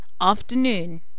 afternoon